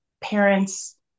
parents